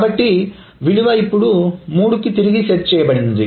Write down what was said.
కాబట్టి విలువ ఇప్పుడు 3 కి తిరిగి సెట్ చేయబడింది